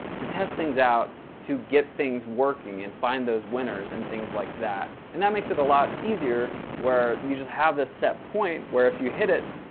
to test things out to get things working and find those winners and things like that. and that makes it a lot easier, where you just have this set point where if you hit it,